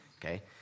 okay